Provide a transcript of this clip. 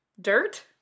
Dirt